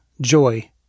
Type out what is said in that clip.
joy